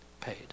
paid